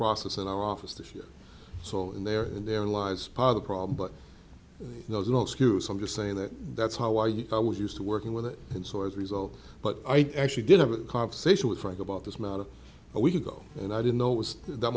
process in our office this year so in their in their lives part of problem but there's no excuse i'm just saying that that's how i get i was used to working with it and so as a result but i actually did have a conversation with frank about this matter a week ago and i didn't know